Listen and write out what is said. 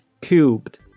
cubed